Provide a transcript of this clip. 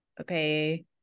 Okay